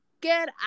get